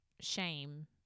shame